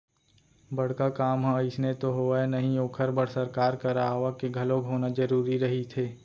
बड़का काम ह अइसने तो होवय नही ओखर बर सरकार करा आवक के घलोक होना जरुरी रहिथे